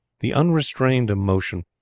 the unrestrained emotion,